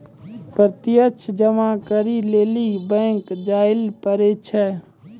प्रत्यक्ष जमा करै लेली बैंक जायल पड़ै छै